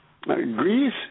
Greece